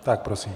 Tak prosím.